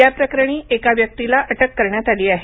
याप्रकरणी एका व्यक्तीला अटक करण्यात आली आहे